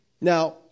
Now